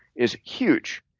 is huge.